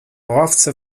ławce